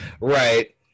Right